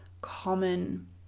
common